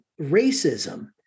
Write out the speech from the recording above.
racism